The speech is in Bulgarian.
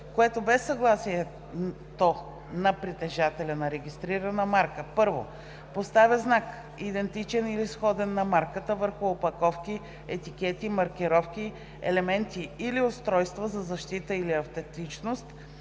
което без съгласието на притежателя на регистрирана марка: 1. поставя знак, идентичен или сходен на марката, върху опаковки, етикети, маркировки, елементи или устройства за защита или автентичност,